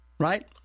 Right